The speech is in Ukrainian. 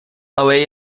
але